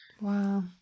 Wow